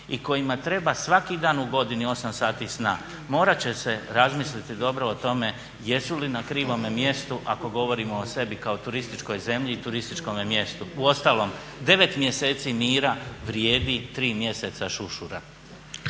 i kojima treba svaki dan u godini 8 sati sna morat će razmislit dobro o tome jesu li na krivome mjestu ako govorimo o sebi kao turističkoj zemlji i turističkom mjestu? Uostalom 9 mjeseci mira vrijedi 3 mjeseca šušura.